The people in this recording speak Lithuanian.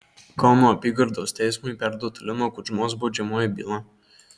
kauno apygardos teismui perduota lino kudžmos baudžiamoji byla